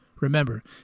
Remember